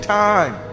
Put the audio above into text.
time